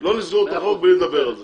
לא נסגור את החוק בלי לדבר על זה.